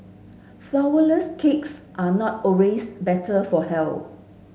flourless cakes are not always better for health